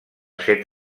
set